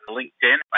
LinkedIn